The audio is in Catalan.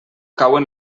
cauen